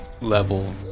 level